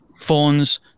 phones